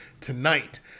tonight